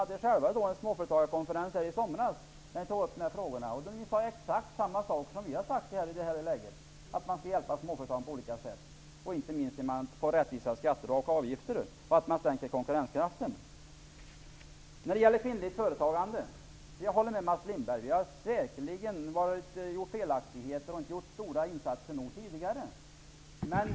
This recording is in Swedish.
Ni hade själva en småföretagarkonferens i somras då ni tog upp dessa frågor. Ni sade exakt samma saker som vi säger, nämligen att man skall hjälpa småföretagen på olika sätt. Det gäller inte minst att införa rättvisa skatter och avgifter och att stärka konkurrenskraften. Jag håller med Mats Lindberg om att vi säkert har handlat fel och inte gjort tillräckligt stora insatser för kvinnligt företagande.